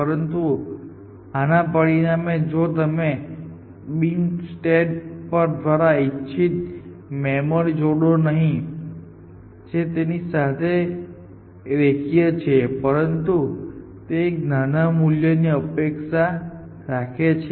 પરંતુ આના પરિણામે જો તમે બીમ સ્ટેક દ્વારા ઇચ્છિત મેમરી જોડો નહીં જે તેની સાથે રેખીય છે પરંતુ તે એક નાના મૂલ્યો ની અપેક્ષા રાખે છે